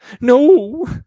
no